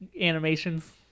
animations